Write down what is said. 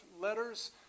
letters